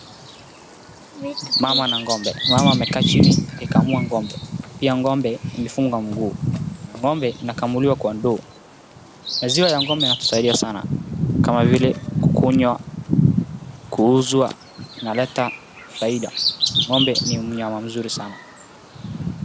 Mama na ng'ombe. Mama amekaa chini akikamua ng'ombe. Pia ng'ombe, imefungwa mguu, na ng'mbe inakamuliwa kwa ndoo. Maziwa ya ng'ombe inatusaidia sana kama vile kukunywa, kuuzwa, inaleta faida. Ng'ombe ni mnyama mzuri sana.